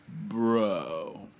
Bro